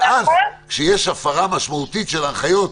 -- ואז כשיש הפרה משמעותית של ההנחיות,